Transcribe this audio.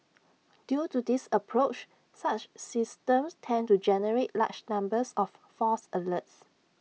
due to this approach such systems tend to generate large numbers of false alerts